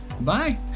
Bye